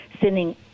sending